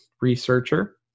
researcher